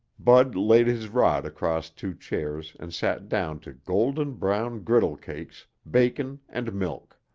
bud laid his rod across two chairs and sat down to golden-brown griddle cakes, bacon and milk.